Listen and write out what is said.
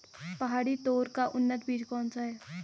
पहाड़ी तोर का उन्नत बीज कौन सा है?